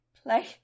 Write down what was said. Play